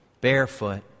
barefoot